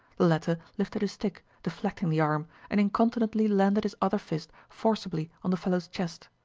the latter lifted his stick, deflecting the arm, and incontinently landed his other fist forcibly on the fellow's chest.